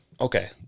Okay